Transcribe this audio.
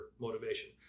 motivation